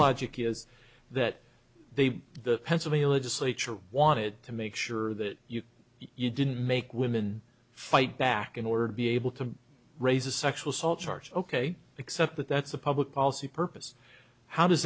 logic is that the the pennsylvania legislature wanted to make sure that you you didn't make women fight back in order to be able to raise a sexual assault charge ok except that that's a public policy purpose how does